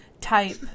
type